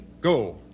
go